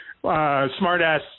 smart-ass